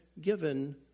given